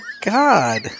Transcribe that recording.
God